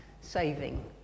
saving